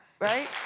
right